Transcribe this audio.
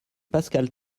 pascal